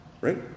Right